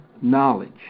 knowledge